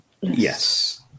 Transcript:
Yes